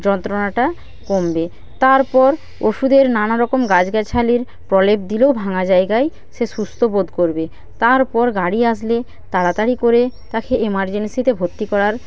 যন্ত্রনাটা কমবে তারপর ওষুধের নানারকম গাছগাছালির প্রলেপ দিলেও ভাঙা জায়গায় সে সুস্থ বোধ করবে তারপর গাড়ি আসলে তাড়াতাড়ি করে তাকে এমারজেন্সিতে ভর্তি করার